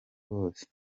bose